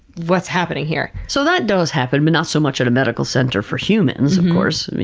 what's happening here? so that does happen but not so much at a medical center for humans, of course,